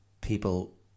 People